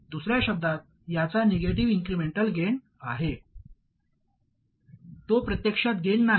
दुसऱ्या शब्दांत याचा निगेटिव्ह इन्क्रिमेंटल गेन आहे तो प्रत्यक्षात गेन नाही